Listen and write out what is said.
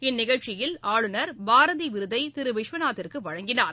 இந்நிகழ்ச்சியில் ஆளுநர் பாரதி விருதை திரு விஸ்வநாத்திற்கு வழங்கினார்